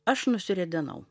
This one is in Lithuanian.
aš nusiridenau